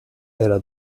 era